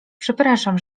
przepraszam